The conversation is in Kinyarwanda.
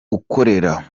ukorera